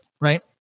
right